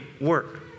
work